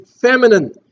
feminine